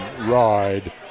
ride